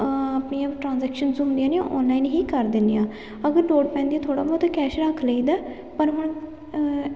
ਆਪਣੀਆਂ ਟਰਾਜੈਕਸ਼ਨਸ ਹੁੰਦੀਆਂ ਨੇ ਉਹ ਔਨਲਾਈਨ ਹੀ ਕਰ ਦਿੰਦੀ ਹਾਂ ਅਗਰ ਲੋੜ ਪੈਂਦੀ ਥੋੜ੍ਹਾ ਬਹੁਤ ਕੈਸ਼ ਰੱਖ ਲਈ ਦਾ ਪਰ ਹੁਣ